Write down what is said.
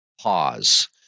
Pause